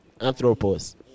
anthropos